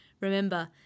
remember